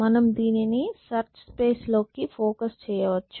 మనం దీనిని search space లో కి ఫోకస్ చేయచ్చు